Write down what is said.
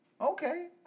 Okay